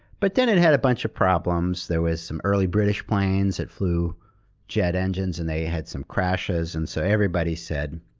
but then it had a bunch of problems. there was some early british planes that flew jet engines, and they had some crashes. and so, everybody said,